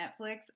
Netflix